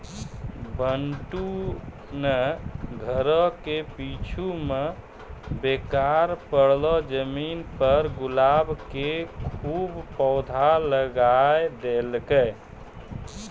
बंटू नॅ घरो के पीछूं मॅ बेकार पड़लो जमीन पर गुलाब के खूब पौधा लगाय देलकै